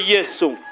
Jesus